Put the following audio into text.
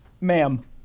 Ma'am